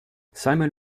simon